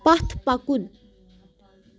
پتھ پکُن